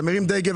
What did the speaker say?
אתה מרים דגל,